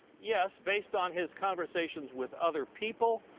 yes based on his conversations with other people.